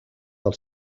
del